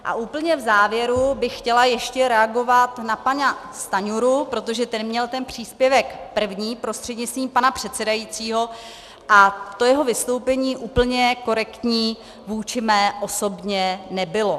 A úplně v závěru bych chtěla ještě reagovat na pana Stanjuru, protože ten měl ten příspěvek první, prostřednictvím pana předsedajícího, a to jeho vystoupení úplně korektní vůči mé osobě nebylo.